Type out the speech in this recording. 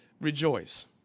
rejoice